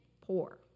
poor